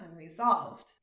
unresolved